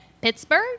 Pittsburgh